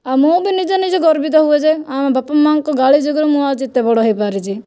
ଆଉ ମୁଁ ବି ନିଜେ ନିଜେ ଗର୍ବିତ ହୁଏ ଯେ ଆମ ବାପା ମା'ଙ୍କ ଗାଳି ଯୋଗୁରୁ ମୁଁ ଆଜି ଏତେ ବଡ଼ ହୋଇପାରିଛି